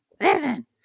listen